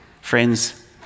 friends